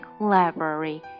library